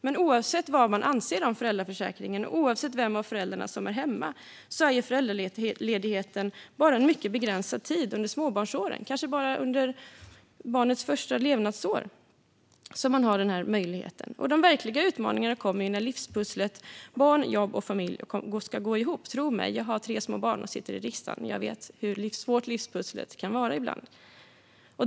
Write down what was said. Men oavsett vad man anser om föräldraförsäkringen och oavsett vem av föräldrarna som är hemma utgör ju föräldraledigheten en mycket begränsad tid under småbarnsåren - det är kanske bara under barnets första levnadsår som man har den möjligheten. De verkliga utmaningarna kommer ju när livspusslet med barn, jobb och familj ska gå ihop. Tro mig, jag har tre små barn och sitter i riksdagen; jag vet hur svårt livspusslet kan vara ibland.